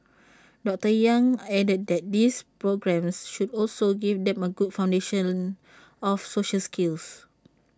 doctor yang added that these programmes should also give them A good foundation of social skills